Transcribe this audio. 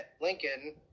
Lincoln